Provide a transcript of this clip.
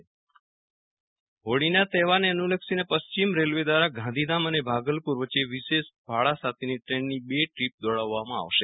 વિરલ રાણા પશ્ચિમ રેલવે હોળીના તહેવારને અનુલક્ષીને પશ્ચિમ રેલવે દ્વારા ગાંધીધામ અને ભાગલપુર વચ્ચે વિશેષ ભાડાં સાથેની ટ્રેનની બે ટ્રીપ દોડાવવામાં આવશે